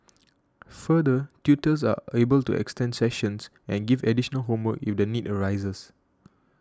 further tutors are able to extend sessions and give additional homework if the need arises